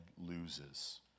loses